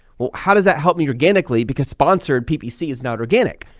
well how does that help me organically? because sponsored ppc is not organic,